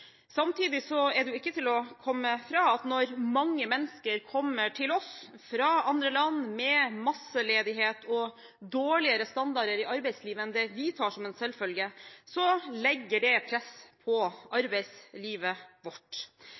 Samtidig er det ikke til å komme fra at når mange mennesker kommer til oss fra andre land med masseledighet og dårligere standarder i arbeidslivet enn det vi tar som en selvfølge, legger det press på arbeidslivet vårt.